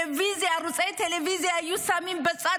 ערוצי טלוויזיה היו שמים בצד,